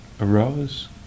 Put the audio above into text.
arose